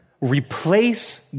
replace